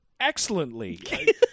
excellently